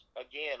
again